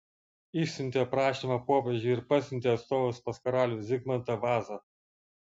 išsiuntė prašymą popiežiui ir pasiuntė atstovus pas karalių zigmantą vazą